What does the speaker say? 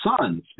sons